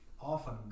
often